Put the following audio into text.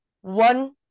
one